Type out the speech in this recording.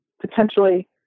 potentially